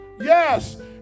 Yes